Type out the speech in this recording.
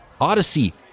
Odyssey